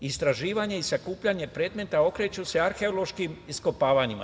Istraživanje i sakupljanje predmeta okreću se arheološkim iskopavanjima.